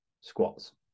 squats